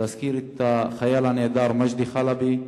להזכיר את החייל הנעדר מג'די חלבי,